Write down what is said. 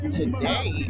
today